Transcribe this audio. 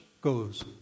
goes